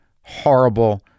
horrible